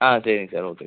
ஆ சரிங்க sir okay sir